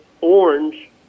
orange